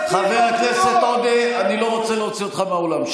חבר הכנסת עודה, אני לא רוצה להוציא אותך מהאולם.